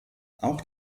auch